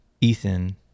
Ethan